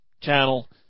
Channel